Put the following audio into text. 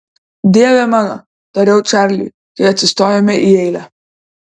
dieve mano tariu čarliui kai atsistojame į eilę